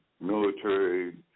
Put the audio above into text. military